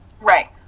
Right